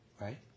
right